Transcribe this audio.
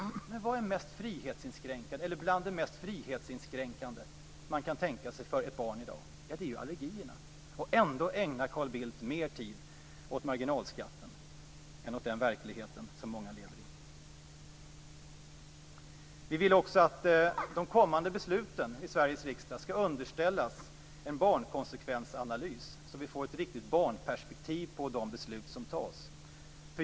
Men vad är bland det mest frihetsinskränkande man kan tänka sig för ett barn i dag? Jo, det är ju allergierna. Ändå ägnar Carl Bildt mer tid åt marginalskatten än åt den verklighet som många lever i. Vi vill också att de kommande besluten i Sveriges riksdag skall underställas en barnkonsekvensanalys, så att vi får ett riktigt barnperspektiv på de beslut som fattas.